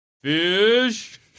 Fish